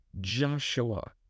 Joshua